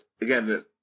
Again